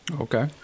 Okay